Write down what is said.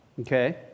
okay